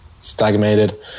stagnated